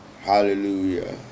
Hallelujah